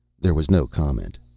there was no comment.